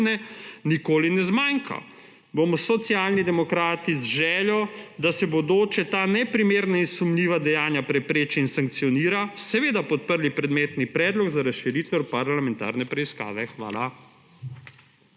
nikoli ne zmanjka. Socialni demokrati bomo z željo, da se v bodoče ta neprimerna in sumljiva dejanja prepreči in sankcionira, seveda podprli predmetni predlog za razširitev parlamentarne preiskave. Hvala.